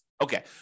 Okay